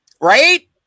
Right